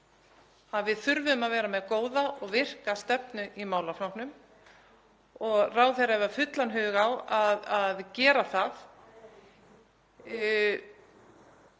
að við þurfum að vera með góða og virka stefnu í málaflokknum og ráðherra hefur fullan hug á að gera það.